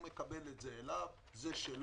הוא מקבל את זה אליו, זה שלו,